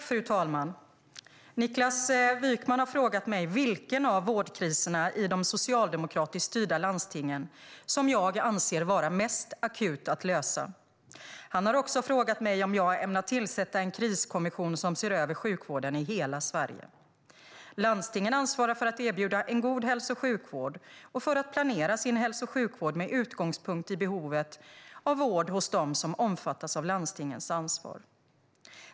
Fru talman! har frågat mig vilken av vårdkriserna i de socialdemokratiskt styrda landstingen jag anser vara mest akut att lösa. Han har också frågat mig om jag ämnar tillsätta en kriskommission som ser över sjukvården i hela Sverige. Landstingen ansvarar för att erbjuda en god hälso och sjukvård och för att planera sin hälso och sjukvård med utgångspunkt i behovet av vård hos dem som omfattas av landstingens ansvar.